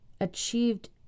achieved